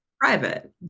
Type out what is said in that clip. private